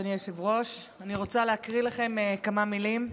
אדוני היושב-ראש, אני רוצה להקריא לכם כמה מילים: